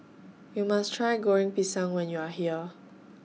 YOU must Try Goreng Pisang when YOU Are here